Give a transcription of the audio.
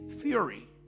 theory